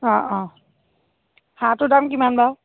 অঁ অঁ হাঁহটো দাম কিমান বাৰু